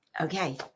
Okay